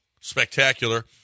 spectacular